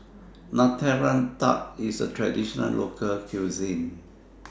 Nutella Tart IS A Traditional Local Cuisine